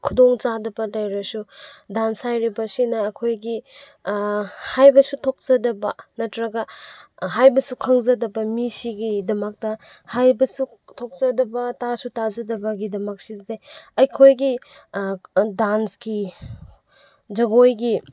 ꯈꯨꯗꯣꯡ ꯆꯥꯗꯕ ꯂꯩꯔꯁꯨ ꯗꯥꯟꯁ ꯍꯥꯏꯔꯤꯕꯁꯤꯅ ꯑꯩꯈꯣꯏꯒꯤ ꯍꯥꯏꯕꯁꯨ ꯊꯣꯛꯆꯗꯕ ꯅꯠꯇ꯭ꯔꯒ ꯍꯥꯏꯕꯁꯨ ꯈꯪꯖꯗꯕ ꯃꯤꯁꯤꯡꯒꯤꯗꯃꯛꯇ ꯍꯥꯏꯕꯁꯨ ꯊꯣꯛꯆꯗꯕ ꯇꯥꯁꯨ ꯇꯥꯖꯗꯕꯒꯤꯗꯃꯛꯁꯤꯗ ꯑꯩꯈꯣꯏꯒꯤ ꯗꯥꯟꯁꯀꯤ ꯖꯒꯣꯏꯒꯤ